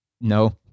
No